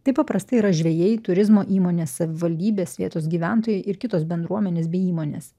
tai paprastai yra žvejai turizmo įmonės savivaldybės vietos gyventojai ir kitos bendruomenės bei įmonės